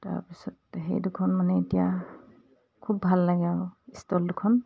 তাৰপিছত সেই দুখন মানে এতিয়া খুব ভাল লাগে আৰু ষ্টল দুখন